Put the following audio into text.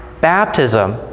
baptism